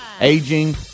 aging